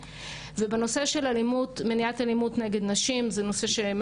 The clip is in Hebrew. הגמר של פורום מיכל סלה וגוגל,